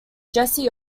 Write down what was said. jesse